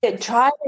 try